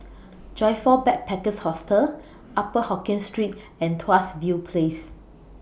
Joyfor Backpackers' Hostel Upper Hokkien Street and Tuas View Place